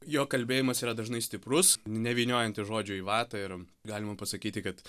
jo kalbėjimas yra dažnai stiprus nevyniojantis žodžių į vatą ir galima pasakyti kad